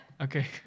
Okay